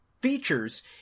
features